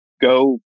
go